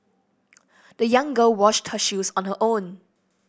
the young girl washed her shoes on her own